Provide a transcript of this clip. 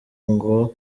ngo